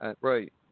Right